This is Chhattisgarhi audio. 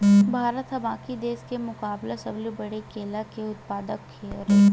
भारत हा बाकि देस के मुकाबला सबले बड़े केला के उत्पादक हरे